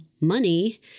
money